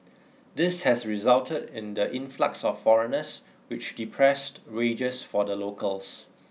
this has resulted in the influx of foreigners which depressed wages for the locals